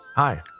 Hi